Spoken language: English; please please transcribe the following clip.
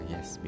Yes